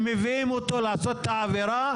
הם מביאים אותו לעשות את העבירה,